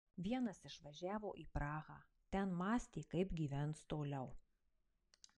vienas išvažiavo į prahą ten mąstė kaip gyvens toliau